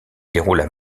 déroulent